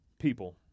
people